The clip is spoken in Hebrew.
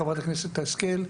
חברת הכנסת השכל,